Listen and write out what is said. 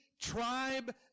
tribe